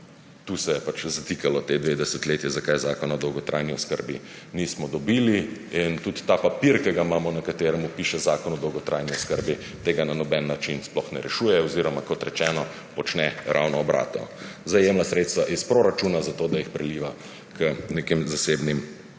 Tu se je zatikalo ti dve desetletji, zakaj zakona o dolgotrajni oskrbi nismo dobili. Tudi ta papir, ki ga imamo, na katerem piše Zakon o dolgotrajni oskrbi, tega na noben način sploh ne rešuje oziroma, kot rečeno, počne ravno obratno – zajema sredstva iz proračuna, zato da jih preliva k nekim zasebnim